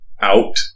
out